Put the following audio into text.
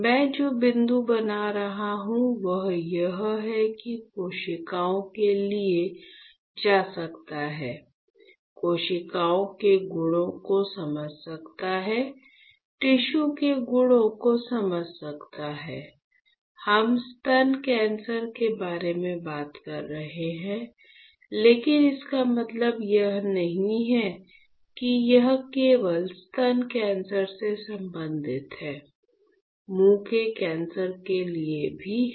मैं जो बिंदु बना रहा हूं वह यह है कि कोशिकाओं के लिए जा सकता है कोशिकाओं के गुणों को समझ सकता है टिश्यू के गुणों को समझ सकता है हम स्तन कैंसर के बारे में बात कर रहे हैं लेकिन इसका मतलब यह नहीं है कि यह केवल स्तन कैंसर से संबंधित है मुंह के कैंसर के लिए भी है